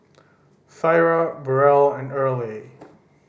Thyra Burrel and Earley